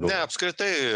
ne apskritai